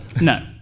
No